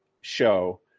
show